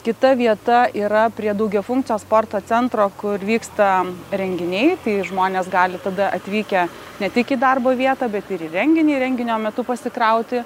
kita vieta yra prie daugiafunkcio sporto centro kur vyksta renginiai tai žmonės gali tada atvykę ne tik į darbo vietą bet ir renginį renginio metu pasikrauti